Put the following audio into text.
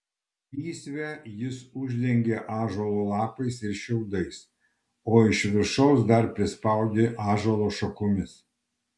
lysvę jis uždengė ąžuolo lapais ir šiaudais o iš viršaus dar prispaudė ąžuolo šakomis